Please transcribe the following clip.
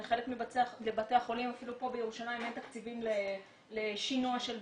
לחלק מבתי החולים אפילו פה בירושלים אין תקציבים לשינוע של בדיקות.